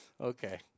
Okay